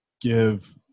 give